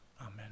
Amen